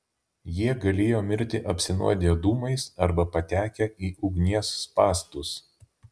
jie galėjo mirti apsinuodiję dūmais arba patekę į ugnies spąstus